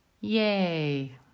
Yay